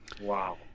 Wow